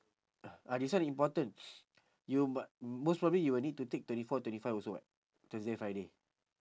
ah this one important you mu~ most probably you will need to take twenty four twenty five also what thursday friday